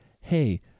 Hey